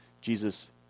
Jesus